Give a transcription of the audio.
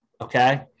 okay